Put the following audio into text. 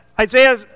Isaiah